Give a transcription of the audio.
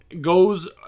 goes